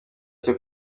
cyo